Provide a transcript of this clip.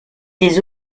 des